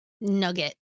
nugget